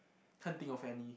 can't think of any